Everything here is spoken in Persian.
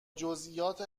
جزییات